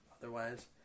otherwise